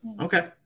Okay